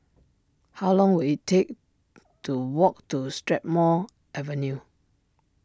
how long will it take to walk to Strathmore Avenue